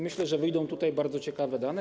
Myślę, że wyjdą tutaj bardzo ciekawe liczby.